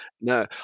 no